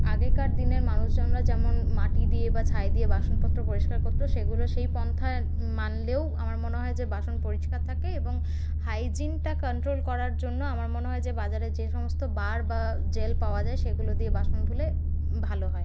আগেকার দিনের মানুষজনরা যেমন মাটি দিয়ে বা ছাই দিয়ে বাসনপত্র পরিষ্কার করত সেগুলো সেই পন্থা মানলেও আমার মনে হয় যে বাসন পরিষ্কার থাকে এবং হাইজিনটা কনট্রোল করার জন্য আমার মনে হয় যে বাজারে যে সমস্ত বার বা জেল পাওয়া যায় সেগুলো দিয়ে বাসন ধুলে ভালো হয়